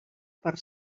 per